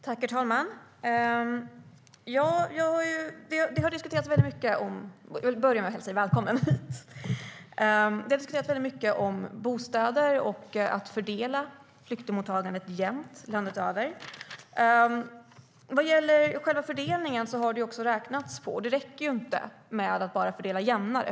Herr talman! Jag vill börja med att hälsa Magda Rasmusson välkommen hit. Det har diskuterats väldigt mycket om bostäder och om att fördela flyktingmottagandet jämnt över landet. Vad gäller själva fördelningen har det faktiskt räknats på den. Det räcker inte att bara fördela jämnare.